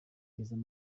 perezida